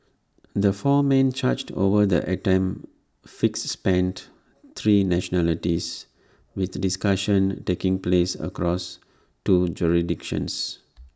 the four men charged over the attempted fix spanned three nationalities with discussions taking place across two jurisdictions